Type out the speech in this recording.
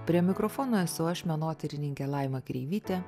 prie mikrofono esu aš menotyrininkė laima kreivytė